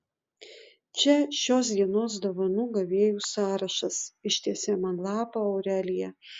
čia šios dienos dovanų gavėjų sąrašas ištiesė man lapą aurelija